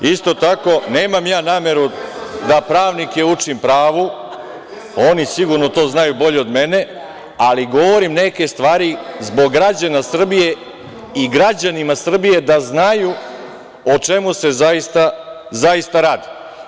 Isto tako, nemam ja nameru da pravnike učim pravu, oni sigurno to znaju bolje od mene, ali govorim neke stvari zbog građana Srbije i građanima Srbije da znaju o čemu se zaista radi.